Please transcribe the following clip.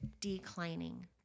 declining